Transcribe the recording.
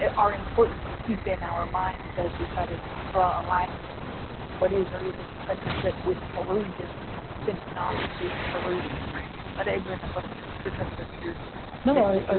are important to keep in our minds as we try to draw a line between what is or isn't censorship with coercion since non-state coercion is very real. but adrian, i'd love you to return to the reader no, no,